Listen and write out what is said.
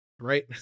Right